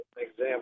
example